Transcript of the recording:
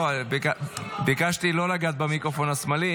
לא, ביקשתי לא לגעת במיקרופון השמאלי.